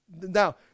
Now